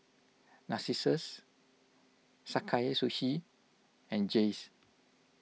Narcissus Sakae Sushi and Jays